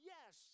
Yes